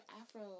afro